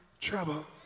trouble